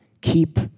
keep